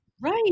Right